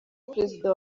perezida